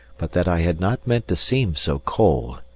but that i had not meant to seem so cold,